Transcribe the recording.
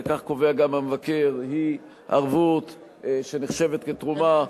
וכך קובע גם המבקר, היא ערבות שנחשבת כתרומה.